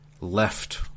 left